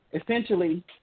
essentially